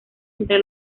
entre